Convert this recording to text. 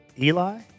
Eli